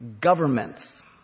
governments